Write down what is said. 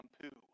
shampoo